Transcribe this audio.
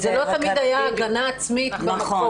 זה לא תמיד היה הגנה עצמית במקום.